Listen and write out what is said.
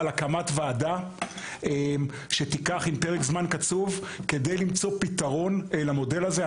על הקמת ועדה שבפרק זמן קצוב תמצא פתרון למודל הזה.